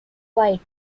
white